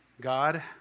God